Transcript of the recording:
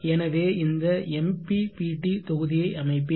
எனவே இந்த MPPT தொகுதியை அமைப்பேன்